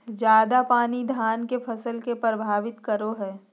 ज्यादा पानी धान के फसल के परभावित करो है?